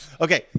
Okay